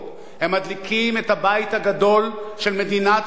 הם מדליקים את הבית הגדול של מדינת ישראל,